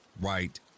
right